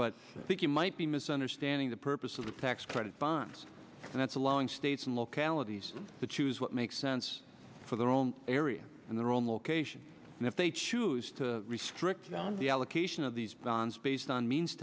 but i think you might be misunderstanding the purpose of the tax credit funds and that's allowing states and localities to choose what makes sense for their own area and their own location and if they choose to restrict the allocation of these bans based on means